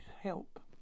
help